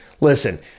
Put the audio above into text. listen